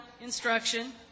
Instruction